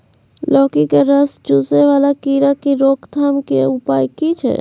लौकी के रस चुसय वाला कीरा की रोकथाम के उपाय की छै?